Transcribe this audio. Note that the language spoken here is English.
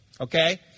Okay